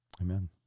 amen